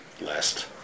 last